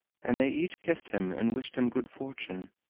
and they each kissed him and wished him good fortune,